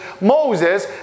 Moses